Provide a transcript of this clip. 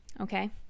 Okay